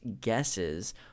guesses